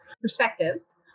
perspectives